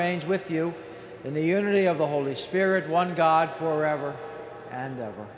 range with you in the unity of the holy spirit one god forever and ever